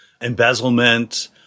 embezzlement